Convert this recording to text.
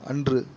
அன்று